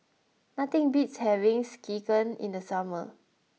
nothing beats having Sekihan in the summer